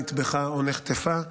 נטבחה או נחטפה.